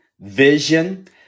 vision